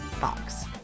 box